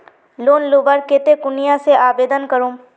Loan लुबार केते कुनियाँ से आवेदन करूम?